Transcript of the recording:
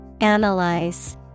Analyze